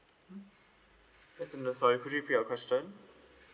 mm yes sir uh sorry could you repeat your question um